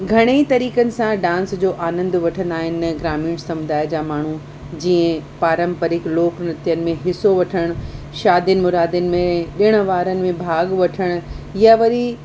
घणेई तरीक़नि सां डांस जो आनंद वठंदा आहिनि ग्रामीण समुदाय जा माण्हू जीअं पारंपरिक लोक नृत्यनि में हिसो वठणु शादियुनि मुरादियुनि में ॾिण वारनि में भाग वठणु या वरी